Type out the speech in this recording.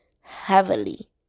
heavily